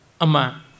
Ama